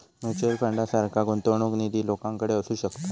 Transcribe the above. mutual फंडासारखा गुंतवणूक निधी लोकांकडे असू शकता